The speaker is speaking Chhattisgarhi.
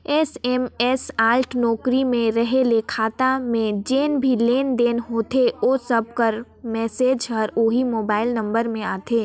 एस.एम.एस अलर्ट नउकरी में रहें ले खाता में जेन भी लेन देन होथे ओ सब कर मैसेज हर ओही मोबाइल नंबर में आथे